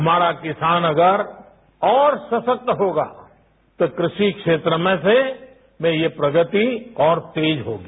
हमारा किसान अगर और सशस्त होगा तो कृषि क्षेत्र में से ये प्रगति और तेज होगी